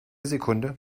sekunde